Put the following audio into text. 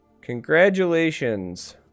congratulations